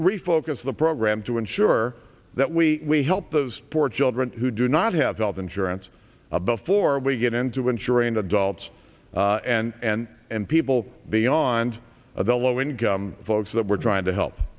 refocus the program to ensure that we help those poor children who do not have health insurance a before we get into insuring adults and and people beyond the low income folks that we're trying to help